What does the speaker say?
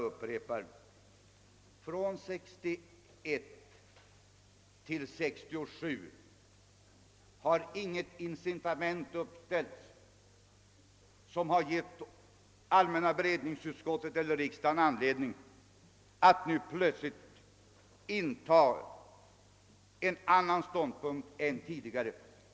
Sedan 1961 har allmänna beredningsutskottet eller riksdagen alltså inte fått något incitament till att nu plötsligt inta en annan ståndpunkt än tidigare.